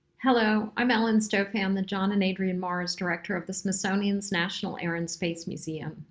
hello. i'm ellen stofan, the john and adrienne mars director of the smithsonian's national air and space museum.